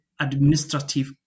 administrative